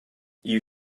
you